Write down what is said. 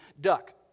Duck